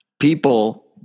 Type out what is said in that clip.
people